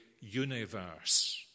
universe